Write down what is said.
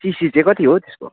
किस्ती चाहिँ कति हो त्यसको